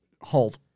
Halt